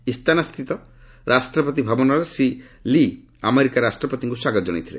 ଇସ୍ତାନାସ୍ଥିତ ରାଷ୍ଟ୍ରପତି ଭବନରେ Shri Lee America ରାଷ୍ଟ୍ରପତିଙ୍କୁ ସ୍ୱାଗତ ଜଣାଇଥିଲେ